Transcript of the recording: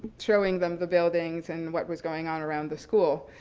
showing them the buildings and what was going on around the school.